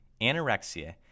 anorexia